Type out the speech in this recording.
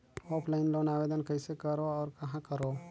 Offline loan आवेदन कइसे करो और कहाँ करो?